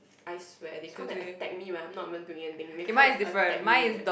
I swear they come and attack me when I'm not even doing anything they come and attack me eh